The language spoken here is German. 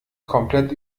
komplett